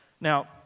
Now